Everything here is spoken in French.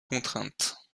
contraintes